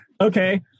okay